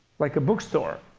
like a bookstore.